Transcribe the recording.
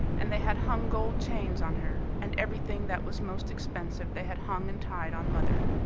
and they had hung gold chains on her, and everything that was most expensive they had hung and tied on mother.